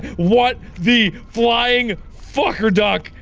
what the flying fucker duck,